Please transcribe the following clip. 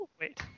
wait